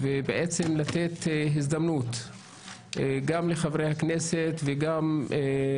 ולתת הזדמנות גם לחברי הכנסת וגם